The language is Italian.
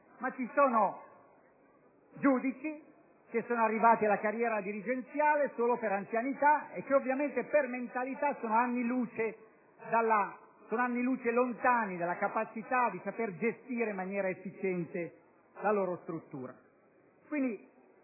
ma ci sono giudici arrivati alla carriera dirigenziale solo per anzianità e che, per mentalità, sono anni luce lontani dalla capacità di gestire in maniera efficiente la loro struttura.